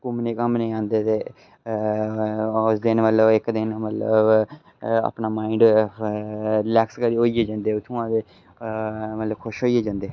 घुम्मने घमनें आंदे ते उस दिन मतलव इक दिन मतलव अपना माईंड रिलैक्स करियै रिलैक्स होईऐ जंदे उत्थुआं ते मतलव खुश होईयै जंदे